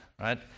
right